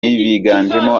biganjemo